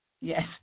Yes